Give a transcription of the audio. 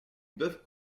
boeuf